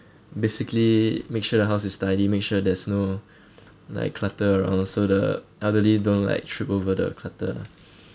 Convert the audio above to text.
basically make sure the house is tidy make sure there's no like clutter around so the elderly don't like trip over the clutter lah